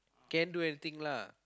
can do anything lah